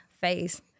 face